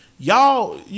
Y'all